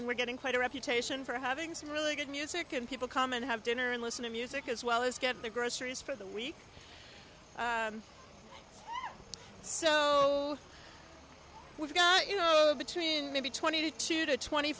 and we're getting quite a reputation for having some really good music and people come and have dinner and listen to music as well as get the groceries for the week so we've got you know between maybe twenty two to twenty